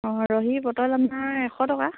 অঁ ৰহি বটল আপোনাৰ এশ টকা